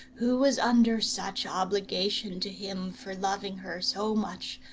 who was under such obligation to him for loving her so much,